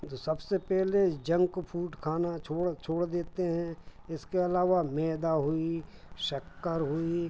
तो सबसे पहले जंक फ़ूड खाना छोड़ छोड़ देते हैं इसके अलावा मैदा हुआ शक्कर हुई